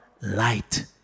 light